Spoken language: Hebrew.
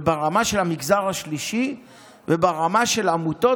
וברמה של המגזר השלישי וברמה של עמותות,